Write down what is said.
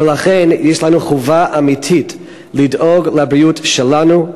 ולכן יש לנו חובה אמיתית לדאוג לבריאות שלנו,